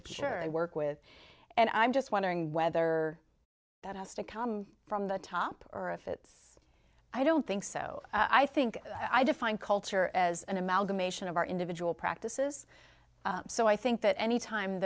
and work with and i'm just wondering whether that has to come from the top or if it's i don't think so i think i define culture as an amalgamation of our individual practices so i think that any time